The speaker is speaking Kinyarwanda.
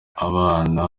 abana